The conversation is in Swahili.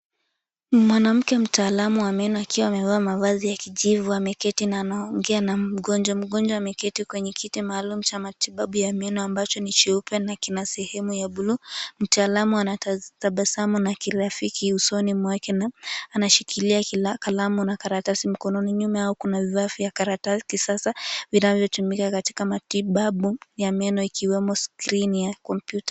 Mwanamke mtaalamu wa meno akiwa amevaa mavazi ya kjivu ameketi na anaongea na mgonjwa. Mgonjwa ameketi kwenye kiti maalum cha matibabu ya meno ambacho ni cheupe na kina sehemu ya bluu. Mtaalamu anatabasambu na kirafiki usoni mwake na anashikilia kalamu na karatasi mkononi. Nyuma yao kuna vifaa vya kisasa vinavyotumika katika matibabu ya meno ikiwemo skrini ya kompyuta.